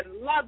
Love